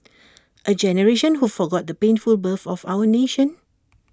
A generation who forgot the painful birth of our nation